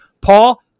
Paul